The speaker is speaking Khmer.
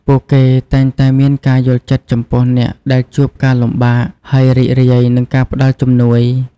ពួកគេតែងតែមានការយល់ចិត្តចំពោះអ្នកដែលជួបការលំបាក ហើយរីករាយនឹងការផ្តល់ជំនួយ។